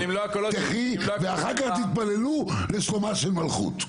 אחר כך תתפללו לשלומה של מלכות.